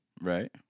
Right